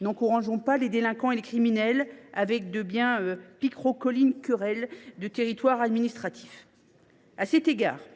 N’encourageons pas les délinquants et les criminels avec de bien picrocholines querelles de territoires administratifs. Aussi,